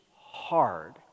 hard